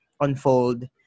unfold